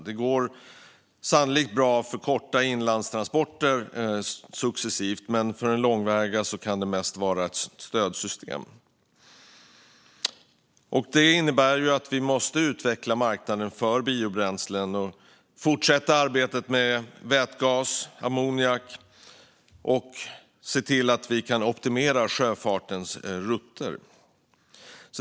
Det kommer sannolikt successivt att gå bra för korta inlandstransporter, men för den långväga sjöfarten kan det mest vara ett stödsystem. Det innebär att vi måste utveckla marknaden för biobränslen, fortsätta arbetet med vätgas och ammoniak och se till att vi kan optimera sjöfartens rutter.